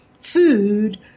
food